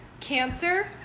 Cancer